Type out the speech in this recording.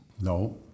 No